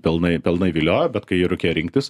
pelnai pelnai viliojo bet kai rūkė rinktis